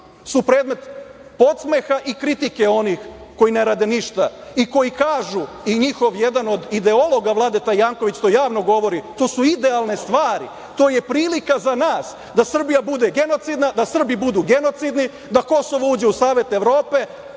su predmet podsmeha i kritike onih koji ne rade ništa i koji kažu i njihov jedan od ideologa, Vladeta Janković, to javno govori - to su idealne stvari, to je prilika za nas da Srbija bude genocidna, da Srbi budu genocidni, da Kosovo uđe u Savet Evrope,